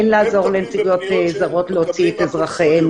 הן לעזור לנציגויות זרות להוציא את אזרחיהן